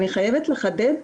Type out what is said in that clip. אני חייבת לחדד,